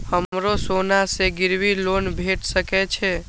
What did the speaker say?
हमरो सोना से गिरबी लोन भेट सके छे?